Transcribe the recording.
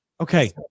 okay